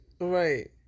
right